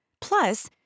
Plus